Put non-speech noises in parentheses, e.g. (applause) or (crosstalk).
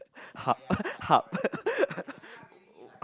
hub (noise) hub (laughs) (noise)